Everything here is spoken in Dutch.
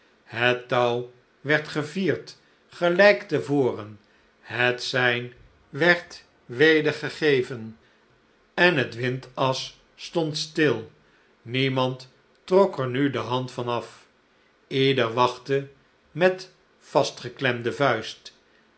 het touw werd gevierd gelijk te voren het sein werd weder gegeven en het windas stond stil niemand trok er nu de hand van af ieder wachtte met vastgeklemde vuist